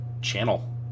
channel